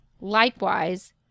Likewise